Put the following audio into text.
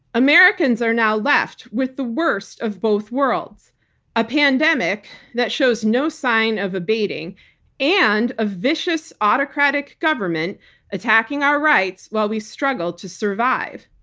americans are now left with the worst of both worlds a pandemic that shows no sign of abating and a vicious autocratic government attacking our rights while we struggle to survive.